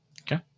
Okay